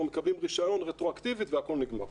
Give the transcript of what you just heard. מקבלים רישיון רטרואקטיבית והכול נגמר.